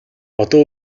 одоо